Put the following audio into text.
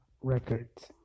Records